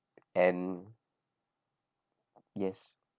and yes